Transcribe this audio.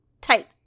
tight